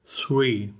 three